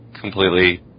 completely